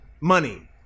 money